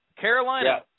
Carolina